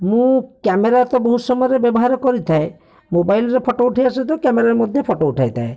ମୁଁ କ୍ୟାମେରା ତ ବହୁତ ସମୟରେ ବ୍ୟବହାର କରିଥଏ ମୋବାଇଲରେ ଫଟୋ ଉଠାଇବା ସହିତ କ୍ୟାମେରାରେ ମଧ୍ୟ ଉଠାଇଥାଏ